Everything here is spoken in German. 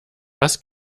was